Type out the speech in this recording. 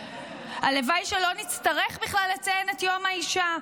הלוואי שלא נצטרך בכלל לציין את יום האישה,